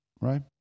Right